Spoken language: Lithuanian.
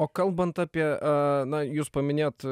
o kalbant apie a na jūs paminėjot